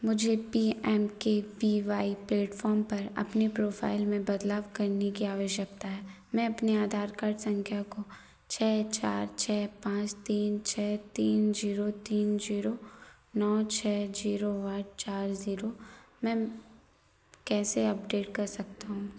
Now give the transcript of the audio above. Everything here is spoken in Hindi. मुझे P M K V Y platform पर अपनी प्रोफ़ाइल में बदलाव करने की आवश्यकता है मैं अपने आधार कार्ड संख्या को छः चार छः पाँच तीन छः तीन जीरो तीन जीरो नौ छः जीरो आठ चार ज़ीरो में कैसे अपडेट कर सकता हूँ